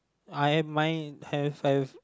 I mine have have